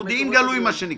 מודיעין גלוי, מה שנקרא.